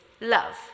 love